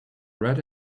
red